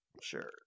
sure